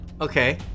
Okay